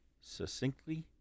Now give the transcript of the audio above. succinctly